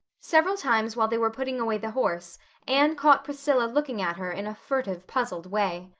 several times while they were putting away the horse anne caught priscilla looking at her in a furtive, puzzled way.